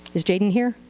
is jayden here?